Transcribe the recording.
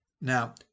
Now